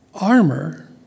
Armor